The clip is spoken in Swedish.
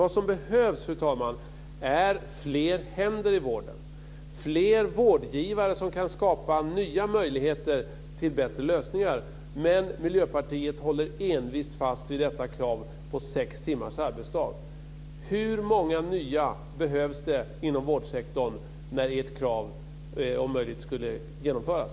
Vad som behövs, fru talman, är fler händer i vården, fler vårdgivare som kan skapa nya möjligheter till bättre lösningar. Men Miljöpartiet håller envist fast vid detta krav på sex timmars arbetsdag. Hur många nya behövs det inom vårdsektorn när ert krav, om möjligt, ska genomföras?